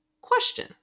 question